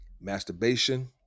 masturbation